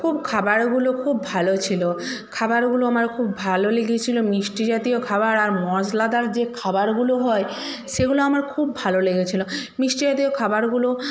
খুব খাবারগুলো খুব ভালো ছিল খাবারগুলো আমার খুব ভালো লেগেছিলো মিষ্টি জাতীয় খাবার আর মশলাদার যে খাবারগুলো হয় সেগুলো আমার খুব ভালো লেগেছিলো মিষ্টি জাতীয় খাবারগুলো